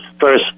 first